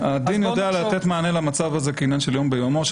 לתת מענה על המצב הזה כעניין של יום ביומו,